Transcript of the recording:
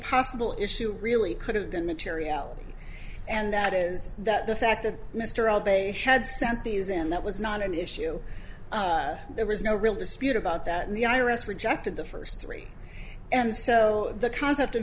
possible issue really could have been materiality and that is that the fact that mr all they had sent these in that was not an issue there was no real dispute about that in the iris rejected the first three and so the concept of